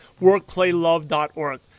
workplaylove.org